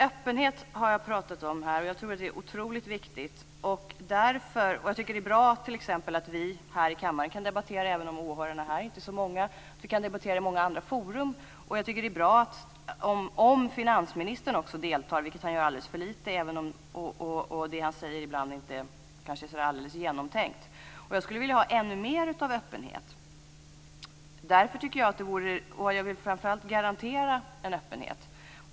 Jag har talat om öppenheten, och den är otroligt viktig. Det är t.ex. bra att vi kan debattera här i kammaren, även om åhörarna inte är så många, liksom att vi kan debattera i många andra forum. Det vore bra om finansministern också kunde delta - det gör han alldeles för lite - även om det han säger ibland kanske inte är alldeles genomtänkt. Jag skulle vilja ha ännu mera av öppenhet. Framför allt vill jag kunna garantera en öppenhet.